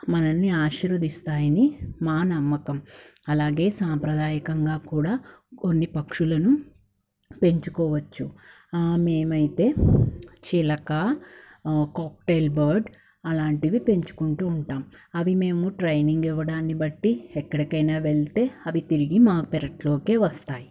మనలని ఆశీర్వదిస్తాయని మా నమ్మకం అలాగే సాంప్రదాయకంగా కూడా కొన్ని పక్షులను పెంచుకోవచ్చు మేమైతే చిలక కోక్టైల్ బర్డ్ అలాంటివి పెంచుకుంటూ ఉంటాం అవి మేము ట్రైనింగ్ ఇవ్వడాన్ని బట్టి ఎక్కడికైనా వెళ్తే అవి తిరిగి మాకు పెరట్లోకే వస్తాయి